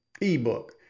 E-book